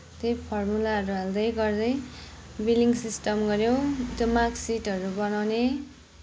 त्यही फर्मुलाहरू हाल्दै गर्दै बिलिङ सिस्टम गर्यो त्यो मार्कसिटहरू बनाउने